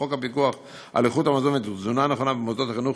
חוק פיקוח על איכות המזון ותזונה נכונה במוסדות החינוך,